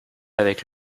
avec